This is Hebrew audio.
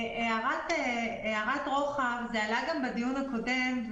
הערת רוחב זה עלה גם בדיון הקודם,